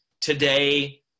today